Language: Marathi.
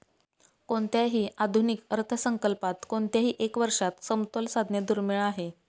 कोणत्याही आधुनिक अर्थसंकल्पात कोणत्याही एका वर्षात समतोल साधणे दुर्मिळ आहे